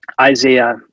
Isaiah